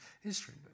history